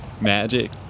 magic